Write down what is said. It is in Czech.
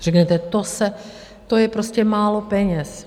Řeknete: to je prostě málo peněz.